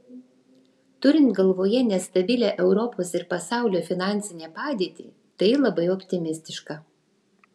turint galvoje nestabilią europos ir pasaulio finansinę padėtį tai labai optimistiška